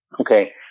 Okay